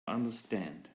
understand